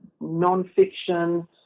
non-fiction